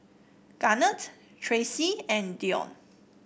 Garnet Traci and Dion